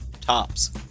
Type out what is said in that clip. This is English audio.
tops